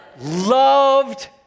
loved